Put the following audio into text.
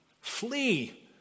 flee